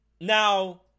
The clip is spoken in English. Now